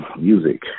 music